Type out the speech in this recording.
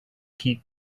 keep